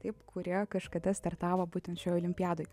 taip kurie kažkada startavo būtent šioj olimpiadoj